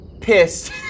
pissed